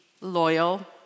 loyal